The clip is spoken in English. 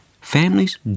Families